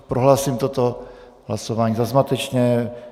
Prohlašuji toto hlasování za zmatečné.